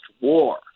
war